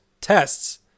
tests